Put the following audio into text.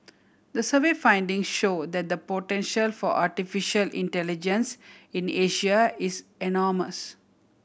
the survey finding show that the potential for artificial intelligence in Asia is enormous